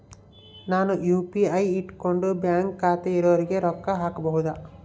ನಾನು ಯು.ಪಿ.ಐ ಇಟ್ಕೊಂಡು ಬ್ಯಾಂಕ್ ಖಾತೆ ಇರೊರಿಗೆ ರೊಕ್ಕ ಹಾಕಬಹುದಾ?